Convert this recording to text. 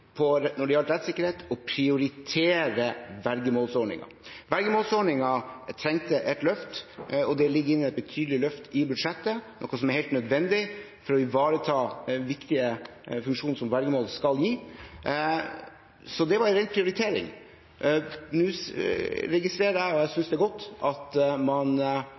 når det gjaldt rettssikkerhet, å prioritere vergemålsordningen. Vergemålsordningen trengte et løft, og det ligger inne et betydelig løft i budsjettet, noe som er helt nødvendig for å ivareta viktige funksjoner som vergemål skal ha. Så det var en ren prioritering. Nå registrerer jeg – og jeg synes det er godt – at